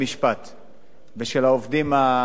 ושל העובדים, תודה.